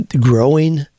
growing